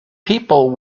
people